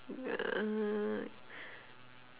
uh